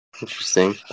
interesting